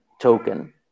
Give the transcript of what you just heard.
token